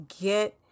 get